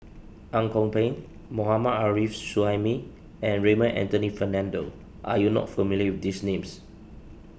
Ang Kok Peng Mohammad Arif Suhaimi and Raymond Anthony Fernando are you not familiar with these names